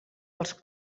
els